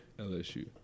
LSU